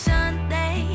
Sunday